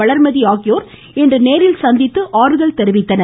வளர்மதி இன்று நேரில் சந்தித்து ஆறுதல் தெரிவித்தனர்